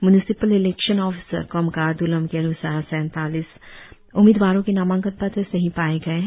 municipal election officer कोमकर द्रलोम के अन्सार सैतालीस उम्मीदवारों के नामांकन पत्र सही पाए गए हैं